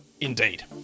indeed